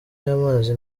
y’amazi